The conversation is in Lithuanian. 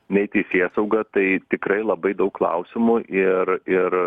nei teisėsauga tai tikrai labai daug klausimų ir ir